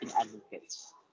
advocates